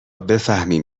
بفهمیم